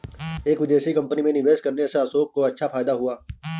एक विदेशी कंपनी में निवेश करने से अशोक को अच्छा फायदा हुआ